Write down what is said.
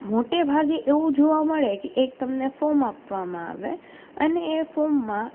મોટે ભાગે એવું જોવા મળે કે એક તમને ફોર્મ આપવામાં આવે અને એ ફોર્મમાં